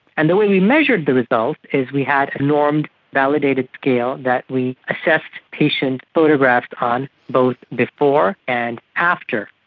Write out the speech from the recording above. and the way we measured the result is we had a normed validated scale that we assessed patient photographs on, both before and after.